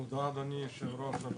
תודה, אדוני היושב ראש, על